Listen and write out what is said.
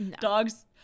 Dogs